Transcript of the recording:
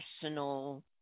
personal